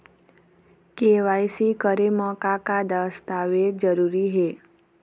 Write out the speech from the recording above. KYC करे म का का दस्तावेज जरूरी हे?